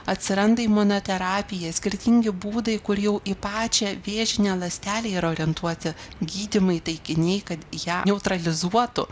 atsiranda imunoterapija skirtingi būdai kur jau į pačią vėžinę ląstelę yra orientuoti gydymai taikiniai kad ją neutralizuotų